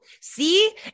see